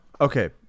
Okay